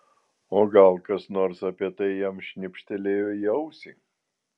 o gal kas nors apie tai jam šnibžtelėjo į ausį